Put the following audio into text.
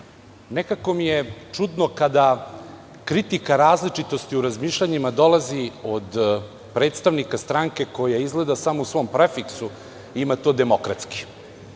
nekako mi je čudno kada kritika različitosti u razmišljanjima dolazi od predstavnika stranke koja izgleda samo u svom prefiksu ima to – demokratski.U